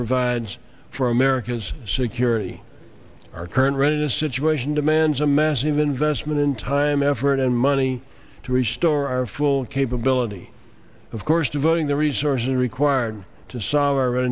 provides for america's security our current rent a situation demands a massive investment in time effort and money to restore our full capability of course devoting the resources required to solve our